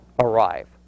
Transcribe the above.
arrive